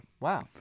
wow